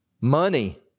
money